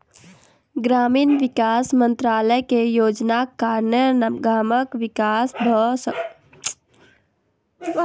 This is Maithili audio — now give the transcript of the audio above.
ग्रामीण विकास मंत्रालय के योजनाक कारणेँ गामक विकास भ सकल